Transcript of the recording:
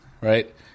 right